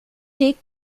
take